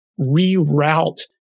reroute